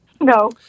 No